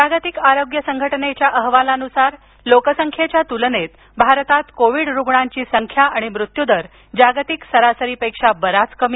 जागतिक आरोग्य संघटनेच्या अहवालानुसार लोकसंख्येच्या तुलनेत भारतात कोविड रुग्णांची संख्या आणि मृत्यूदर जागतिक सरासरीपेक्षा बराच कमी